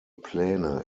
pläne